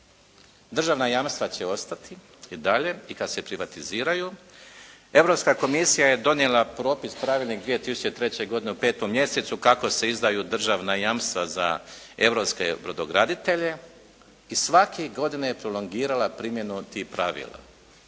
Državna jamstva će ostati i dalje i kad se privatiziraju. Europska komisija je donijela propis pravilnik 2003. godine u 5. mjesecu kako se izdaju državna jamstva za europske brodograditelje i svake godine je prolongirala primjenu tih pravila.